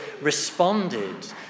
responded